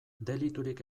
deliturik